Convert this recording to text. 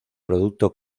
producto